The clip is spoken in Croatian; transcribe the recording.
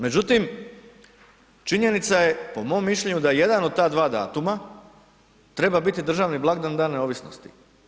Međutim, činjenica je po momo mišljenju da jedan od ta dva datuma treba biti državni blagdan Dan neovisnosti.